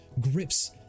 grips